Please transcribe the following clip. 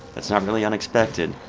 that's not really unexpected,